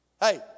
Hey